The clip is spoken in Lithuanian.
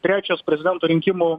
trečias prezidento rinkimų